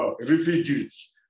refugees